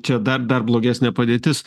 čia dar dar blogesnė padėtis